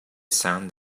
sand